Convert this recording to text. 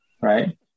Right